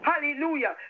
hallelujah